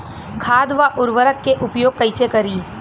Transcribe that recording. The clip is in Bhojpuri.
खाद व उर्वरक के उपयोग कईसे करी?